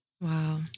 Wow